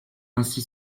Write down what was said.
ainsi